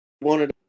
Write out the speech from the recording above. wanted